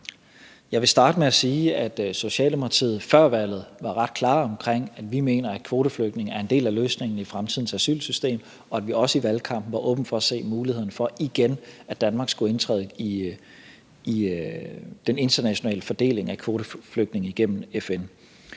Jeg vil starte med at sige, at Socialdemokratiet før valget var ret klare omkring, at vi mener, at kvoteflygtninge er en del af løsningen i fremtidens asylsystem, og at vi også i valgkampen var åbne over for at se muligheden for, at Danmark igen skulle indtræde i den internationale fordeling af kvoteflygtninge igennem FN.